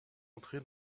entrée